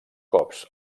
cops